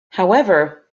however